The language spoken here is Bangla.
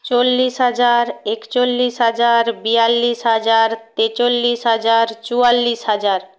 চল্লিশ হাজার একচল্লিশ হাজার বিয়াল্লিশ হাজার তেতাল্লিশ হাজার চুয়াল্লিশ হাজার